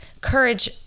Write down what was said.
courage